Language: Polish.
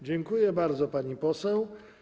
Dziękuję bardzo, pani poseł.